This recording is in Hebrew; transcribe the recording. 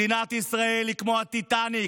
מדינת ישראל היא כמו הטיטניק,